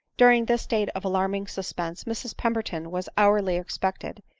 during this state of alarming suspense mrs pember ton was hourly expected,